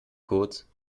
kurz